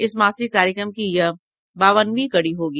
इस मासिक कार्यक्रम की यह बावनवीं कड़ी होगी